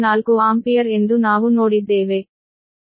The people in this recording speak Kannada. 4 ಆಂಪಿಯರ್ ಎಂದು ನಾವು ನೋಡಿದ್ದೇವೆ